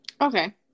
Okay